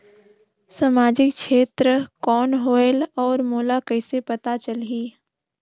समाजिक क्षेत्र कौन होएल? और मोला कइसे पता चलही?